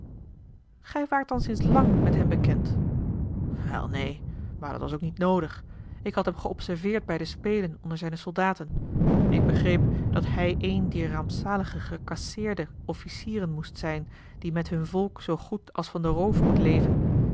gij waart dan sinds lang met hem bekend wel neen maar dat was ook niet noodig ik had hem geobserveerd bij de spelen onder zijne soldaten ik begreep dat hij een dier rampzalige gecasseerde officieren moest zijn die met hun volk zoo goed als van den roof moeten leven